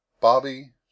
Bobby